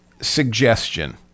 suggestion